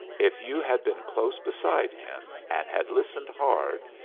if you had been close beside him, and had listened hard,